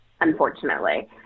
unfortunately